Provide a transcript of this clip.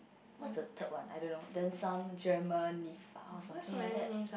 what's the third one I don't know then some Germanifa something like that